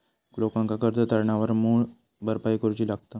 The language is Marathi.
लोकांका कर्ज तारणावर मूळ भरपाई करूची लागता